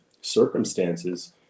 circumstances